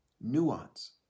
Nuance